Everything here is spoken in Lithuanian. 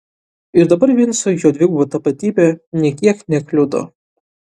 ir dabar vincui jo dviguba tapatybė nė kiek nekliudo